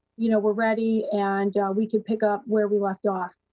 you know, we're ready, and we can pick up where we left off.